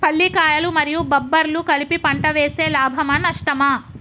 పల్లికాయలు మరియు బబ్బర్లు కలిపి పంట వేస్తే లాభమా? నష్టమా?